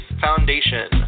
Foundation